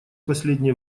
последнее